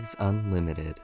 Unlimited